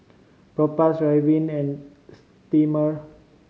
Propass Ridwind and Sterimar